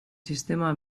sistema